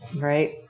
right